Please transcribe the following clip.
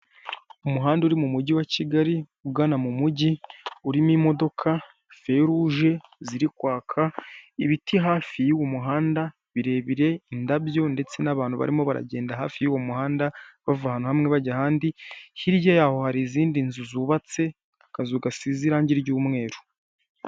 Umuhanda uri mu mugi wa Kigali ugana mu mugi urimo imodoka, feruje ziri kwaka, ibiti hafi y'uwo muhanda birebire indabyo ndetse n'abantu barimo baragenda hafi y'uwo muhanda bava ahantu hamwe bajya ahand,i hirya yaho hari izindi nzu zubatse akazu gasize irangi ry'umweru.